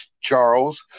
Charles